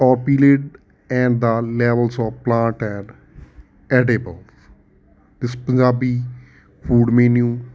ਓਪੀਲੇਟ and the levels of plant an ਟੈਡੇਵਲ this Punjabi food menu